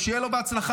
שיהיה לו בהצלחה.